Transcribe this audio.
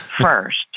first